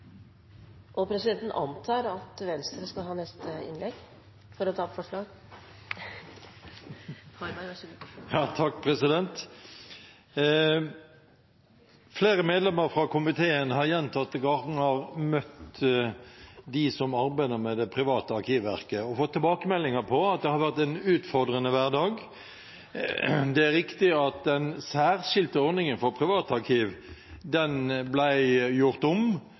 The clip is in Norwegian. Flere medlemmer fra komiteen har gjentatte ganger møtt dem som arbeider med det private arkivverket, og fått tilbakemeldinger om at det har vært en utfordrende hverdag. Det er riktig at den særskilte ordningen for privatarkiv ble gjort om, og nå er de omfattet av den samme ordningen som andre har, når de skal søke. Men vi har fått tilbakemeldinger om